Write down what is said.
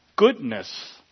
Goodness